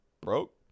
broke